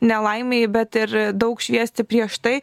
nelaimei bet ir daug šviesti prieš tai